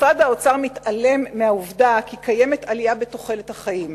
משרד האוצר מתעלם מהעובדה כי קיימת עלייה בתוחלת החיים.